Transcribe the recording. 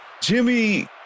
Jimmy